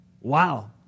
Wow